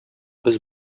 без